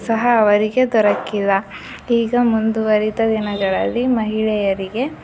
ಸಹ ಅವರಿಗೆ ದೊರಕಿಲ್ಲ ಈಗ ಮುಂದುವರಿದ ದಿನಗಳಲ್ಲಿ ಮಹಿಳೆಯರಿಗೆ